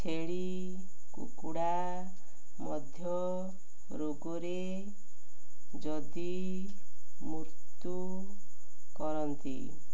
ଛେଳି କୁକୁଡ଼ା ମଧ୍ୟ ରୋଗରେ ଯଦି ମୃତ୍ୟୁ କରନ୍ତି